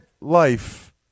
life